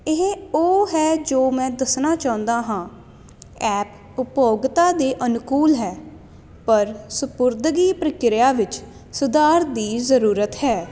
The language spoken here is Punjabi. ਇਹ ਉਹ ਹੈ ਜੋ ਮੈਂ ਦੱਸਣਾ ਚਾਹੁੰਦਾ ਹਾਂ ਐਪ ਉਪਭੋਗਤਾ ਦੇ ਅਨੁਕੂਲ ਹੈ ਪਰ ਸਪੁਰਦਗੀ ਪ੍ਰਕਿਰਿਆ ਵਿੱਚ ਸੁਧਾਰ ਦੀ ਜ਼ਰੂਰਤ ਹੈ